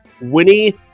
Winnie